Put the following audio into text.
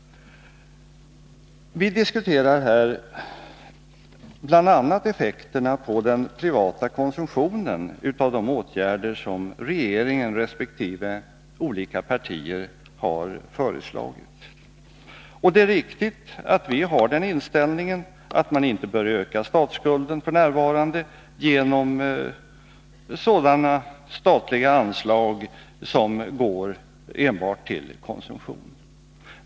Vi diskuterar här bl.a. effekterna på den privata konsumtionen och de åtgärder som regeringen resp. olika partier har föreslagit. Det är riktigt att vi har den inställningen att vi inte bör öka statsskulden f. n. genom sådana statliga anslag som går enbart till konsumtion.